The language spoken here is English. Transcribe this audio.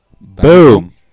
Boom